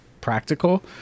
practical